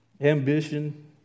ambition